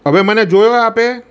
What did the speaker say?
હવે મને જોયો આપે